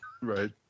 Right